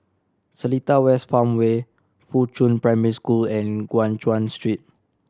Seletar West Farmway Fuchun Primary School and Guan Chuan Street